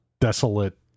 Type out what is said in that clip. desolate